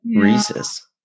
Reese's